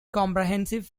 comprehensive